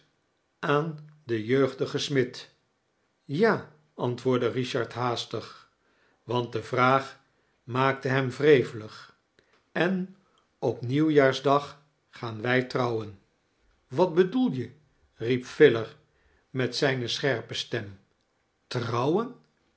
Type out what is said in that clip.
aan den jeugdigen smid ja antwoordde eichard haastig want de vraag maakte hem wrevelig en op nieuwjaarsdag gaan wij trouwen wat bedoel je riep filer met zijne scherpe stem trouwen